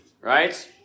right